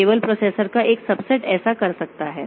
केवल प्रोसेसर का एक सबसेट ऐसा कर सकता है